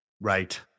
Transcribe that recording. Right